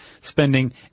spending